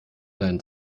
deinen